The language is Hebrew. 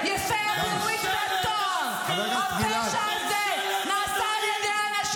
מי שמגן על סרבנות -- (חבר הכנסת יוראי להב